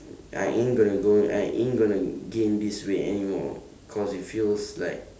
I ain't gonna go I ain't gonna gain this weight anymore because it feels like